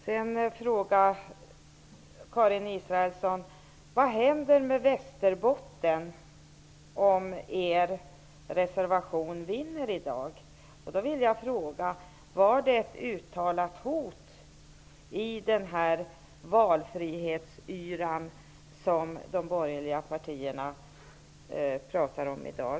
Sedan frågade Karin Israelsson vad som händer med Västerbotten om er reservation vinner i dag? Då vill jag fråga om det var ett uttalat hot i den valfrihetsyra som de borgerliga partierna pratar om i dag.